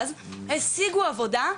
אנחנו רק התחלנו את הדיונים עם משרד העבודה,